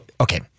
okay